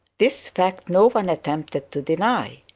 this fact no one attempted to deny.